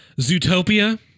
Zootopia